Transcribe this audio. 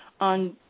on